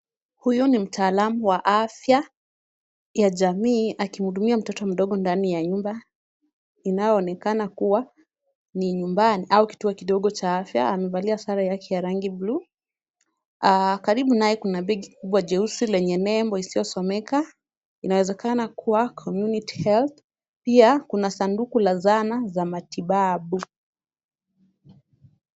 Huyo ni mtaalamu wa afya, ya jamii akihudumia mtoto mdogo ndani ya nyumba inayoonekana kuwa ni nyumbani au kituo kidogo cha afya, amevalia sare yake ya rangi buluu, karibu naye kuna begi kubwa jeusi lenye nembo isiyosomeka, inawezekana kuwa community health pia kuna sanduku la zana za matibabu.